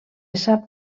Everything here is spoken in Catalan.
sap